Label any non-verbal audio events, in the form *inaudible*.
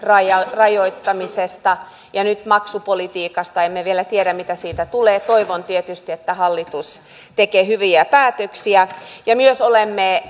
rajoittamisesta ja nyt maksupolitiikasta emme vielä tiedä mitä siitä tulee toivon tietysti että hallitus tekee hyviä päätöksiä olemme *unintelligible*